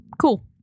Cool